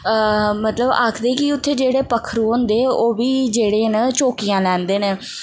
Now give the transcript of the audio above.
मतलब आखदे कि उत्थें जेह्ड़े पक्खरू होंदे ओह् बी जेह्ड़े न चौकियां लैंदे न